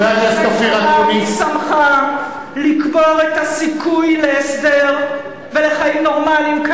חבר הכנסת אקוניס.